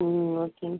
ம் ஓகே